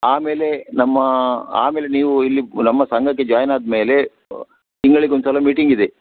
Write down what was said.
ಆಮೇಲೆ ನಮ್ಮ ಆಮೇಲೆ ನೀವು ಇಲ್ಲಿ ನಮ್ಮ ಸಂಘಕ್ಕೆ ಜಾಯಿನ್ ಆದ ಮೇಲೆ ತಿಂಗಳಿಗೆ ಒಂದು ಸಲ ಮೀಟಿಂಗ್ ಇದೆ